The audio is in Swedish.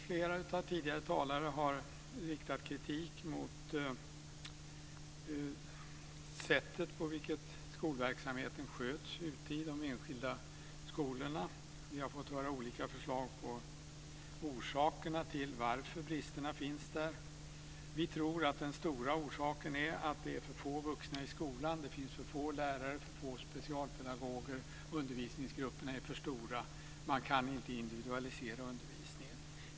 Flera av tidigare talare har riktat kritik mot det sätt på vilket skolverksamheten sköts ute i de enskilda skolorna. Vi har fått höra olika förslag på orsakerna till att bristerna finns där. Vi tror att den stora orsaken är att det är för få vuxna i skolan. Det finns för få lärare och för få specialpedagoger. Undervisningsgrupperna är för stora, och man kan inte individualisera undervisningen.